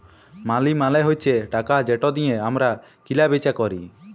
মালি মালে হছে টাকা যেট দিঁয়ে আমরা কিলা বিচা ক্যরি